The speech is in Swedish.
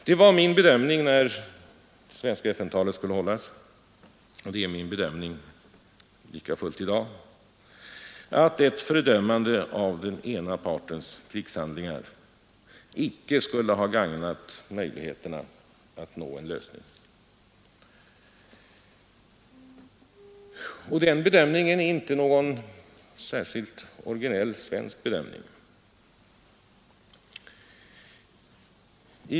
Det var min bedömning när det svenska FN-talet skulle hållas, och det är min bedömning i dag, att ett fördömande av den ena partens krigshandlingar icke skulle ha gagnat möjligheterna att nå en lösning. Den bedömningen är inte någon särskilt orginell svensk bedömning.